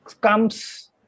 comes